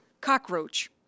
cockroach